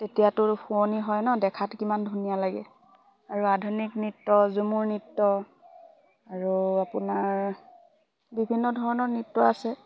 তেতিয়াতো শুৱনি হয় ন দেখাত কিমান ধুনীয়া লাগে আৰু আধুনিক নৃত্য ঝুমুৰ নৃত্য আৰু আপোনাৰ বিভিন্ন ধৰণৰ নৃত্য আছে